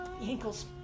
Ankles